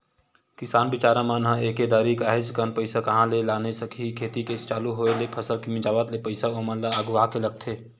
किसान बिचारा मन ह एके दरी काहेच कन पइसा कहाँ ले लाने सकही खेती के चालू होय ले फसल के मिंजावत ले पइसा ओमन ल अघुवाके लगथे